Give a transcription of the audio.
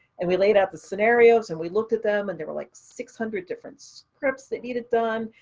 and we laid out the scenarios, and we looked at them, and there were like six hundred different scripts that needed done.